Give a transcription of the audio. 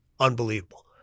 Unbelievable